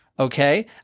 Okay